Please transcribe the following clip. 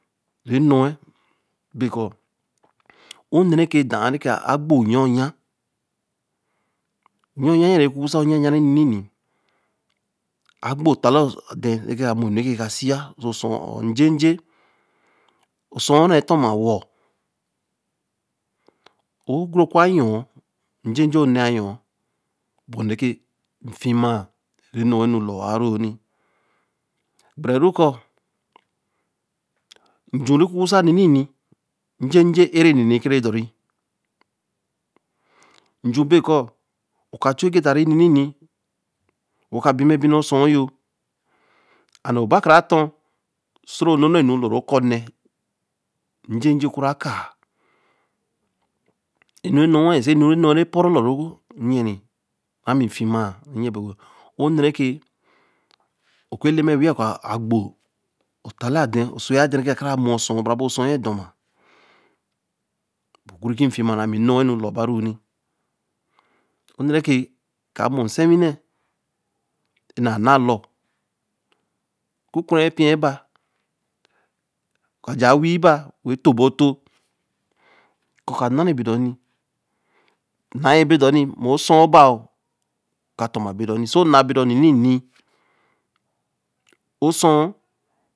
e-nn̄o wen be korō, Ō nne re ke dor ā re kāa gbo yon-yon n̄nī-nn̄ī a gbo ttaā lēe ateh Ōso-suo or Ajeē jee-Ō-suo re e ton Ma-wor, Ō-gu-ru ku yon jeje Ō nne you, bonnie re ki fima be n̄no wen nu lor wa ru y n̄n̄i, njeje ē-re n̄n̄i re ke re dor re nju be kūo, O ka Chu e getta re n̄ni n̄i o ka bima ebina Ōsuo yor and neē ru ba kara ton, so ru n̄no nu lor ru o ku nn̄e, jeje o ku ra kāa, e-nn̄o re nno se re n̄no re poru lor rubyen re ra mi fima On̄ne re ke kur eleme weii ya kuo agbo ttaā lēe a tha-n-Ō-oyī a than re kara mo be o-swo gender ma, be ku re ki fima ra mi e n̄no wen nu lor ba ru nāa na lor, kuku na eppiyeba ka jaā wo to ba to kuka na re bo dor na yin bo dor O-suo baer ka don ma ba dor so na bi dor nni ni-n̄ni O suo.